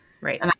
Right